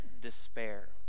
despair